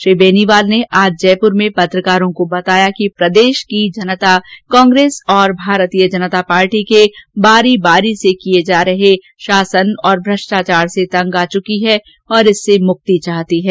श्री बेनीवाल ने आज जयपूर में पत्रकारों को बताया कि प्रदेश की जनता कांग्रेस और भारतीय जनता पार्टी के बारी बारी से किए जा रहे कुशासन और भ्रष्टाचार से तंग आ चुकी है और इससे मुक्ति चाहती है